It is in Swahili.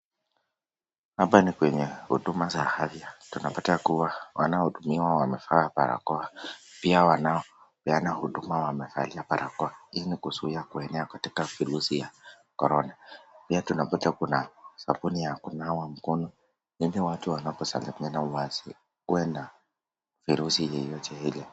Hapa ni kwenye huduma za afya. Tunapata kuwa wanaohudumiwa wamevaa barakoa. Pia wanaopeana huduma wamevalia barakoa. Hii ni kuzuia kuenea katika virusi ya corona. Pia tunapata kuna sabuni ya kunawa mkono yenye watu wanaposalamiana wasikwenda virusi yeyote ile.